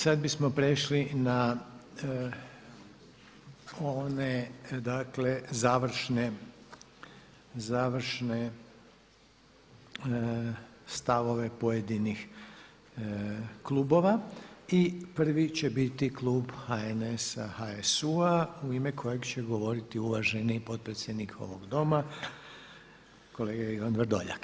Sada smo prešli na one, dakle završne stavove pojedinih klubova i prvi će biti Klub HNS-a HSU-a u ime kojeg će govoriti uvaženi potpredsjednik ovog doma, kolega Ivan Vrdoljak.